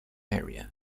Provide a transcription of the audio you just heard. area